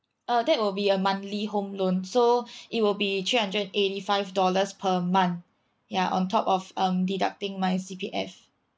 uh that would be a monthly home loan so it would be three hundred eighty five dollars per month yeah on top of um deducting my C_P_F